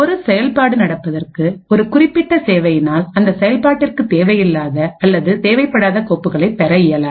ஒரு செயல்பாடு நடப்பதற்கு ஒரு குறிப்பிட்ட சேவையினால் அந்த செயல்பாட்டிற்கு தேவையில்லாத அல்லது தேவைப்படாத கோப்புகளை பெற இயலாது